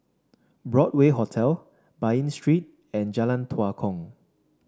Broadway Hotel Bain Street and Jalan Tua Kong